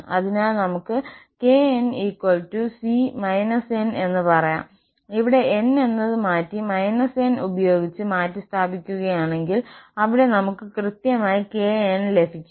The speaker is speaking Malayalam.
അതിനാൽ നമുക്ക് kn c n എന്ന് പറയാം ഇവിടെ n എന്നത് മാറ്റി n ഉപയോഗിച്ച് മാറ്റിസ്ഥാപിക്കുകയാണെങ്കിൽ അവിടെ നമുക്ക് കൃത്യമായി kn ലഭിക്കും